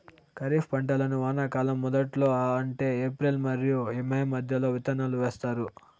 ఖరీఫ్ పంటలను వానాకాలం మొదట్లో అంటే ఏప్రిల్ మరియు మే మధ్యలో విత్తనాలు వేస్తారు